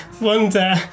wonder